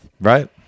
Right